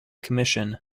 commission